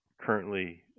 currently